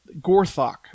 Gorthok